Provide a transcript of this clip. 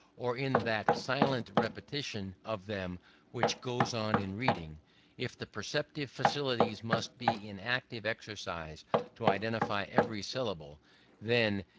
or in that silent repetition of them which goes on in reading if the perceptive faculties must be in active exercise to identify every syllable then,